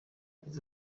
yagize